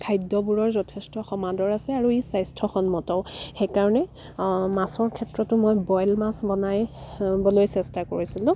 খাদ্যবোৰৰ যথেষ্ট সমাদৰ আছে আৰু ই স্বাস্থ্যসন্মতও সেইকাৰণে মাছৰ ক্ষেত্ৰতো মই বইল মাছ বনাই বলৈ চেষ্টা কৰিছিলোঁ